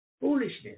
Foolishness